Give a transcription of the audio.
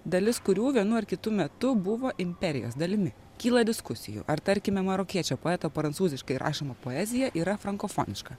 dalis kurių vienu ar kitu metu buvo imperijos dalimi kyla diskusijų ar tarkime marokiečio poeto prancūziškai rašoma poezija yra frankofoniška